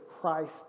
Christ